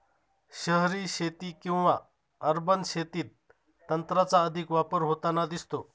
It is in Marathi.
शहरी शेती किंवा अर्बन शेतीत तंत्राचा अधिक वापर होताना दिसतो